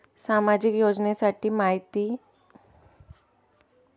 सामाजिक योजनेची मायती मले कोठून भेटनं?